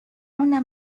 una